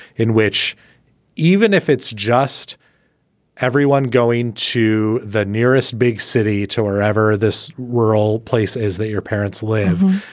in which even if it's just everyone going to the nearest big city to wherever this world place is that your parents live,